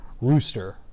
Rooster